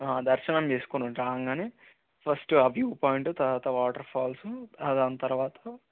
ఆ దర్శనం చేసుకుని రాగానే ఫస్ట్ ఆ వ్యూ పాయింట్ తర్వాత వాటర్ ఫాల్స్ ఆ దాని తర్వాత